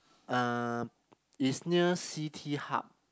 um is near C_T hub